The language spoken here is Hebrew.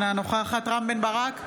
אינה נוכחת רם בן ברק,